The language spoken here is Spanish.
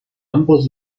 ambos